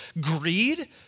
greed